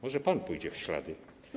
Może pan pójdzie w jej ślady?